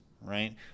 right